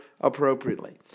appropriately